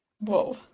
Whoa